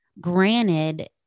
Granted